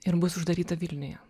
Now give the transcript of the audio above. ir bus uždaryta vilniuje